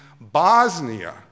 Bosnia